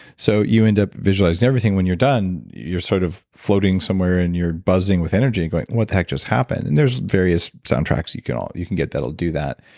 so you end up visualizing everything. when you're done, you're sort of floating somewhere and you're buzzing with energy and going, what the heck just happened? and there's various soundtracks you can um you can get that will do that,